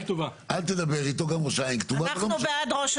אל תדבר איתו גם ראש העין כתובה אבל לא משנה,